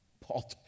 Paul